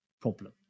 problem